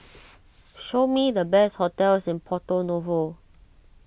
show me the best hotels in Porto Novo